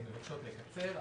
הן מבקשות לקצר.